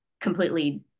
completely